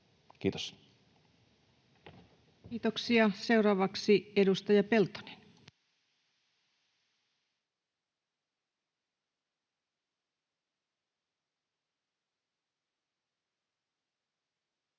Content: Kiitoksia. — Seuraavaksi edustaja Peltonen. [Speech